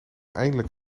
eindelijk